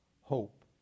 hope